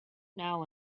now